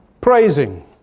praising